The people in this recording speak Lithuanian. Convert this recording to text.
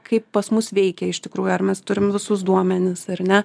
kaip pas mus veikia iš tikrųjų ar mes turim visus duomenis ar ne